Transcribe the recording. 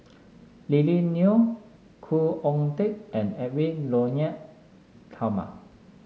Lily Neo Khoo Oon Teik and Edwy Lyonet Talma